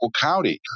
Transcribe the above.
county